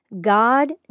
God